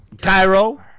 Cairo